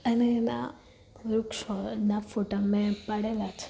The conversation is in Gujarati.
અને એના વૃક્ષોના ફોટા મેં પાડેલા છે